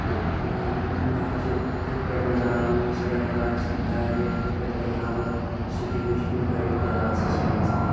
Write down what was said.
نَقشہِ کِتھٕ پٲٹھۍ بَناوَو أسۍ دَروازٕ دارِ کِتھٕ پٲٹھۍ بَناوَن سُہ تہِ ہیٚوچھ مےٚ ڈَرٛایِنٛگ کٕلاسَس منٛز تہِ